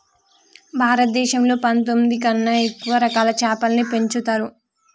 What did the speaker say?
భారతదేశంలో పందొమ్మిది కన్నా ఎక్కువ రకాల చాపలని పెంచుతరు